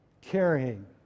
carrying